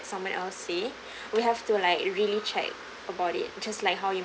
someone else say we have to like really check about it just like how you